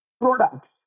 products